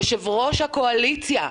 יושב-ראש הקואליציה,